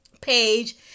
page